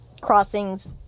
crossings